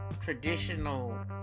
traditional